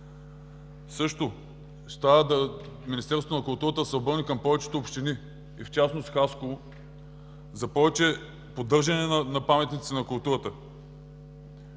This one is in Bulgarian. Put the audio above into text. Също ще трябва Министерството на културата да се обърне към повечето общини и в частност Хасково за повече поддържане на паметниците на културата,